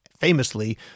famously